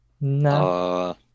no